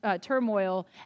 turmoil